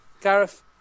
Gareth